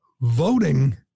voting